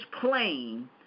plane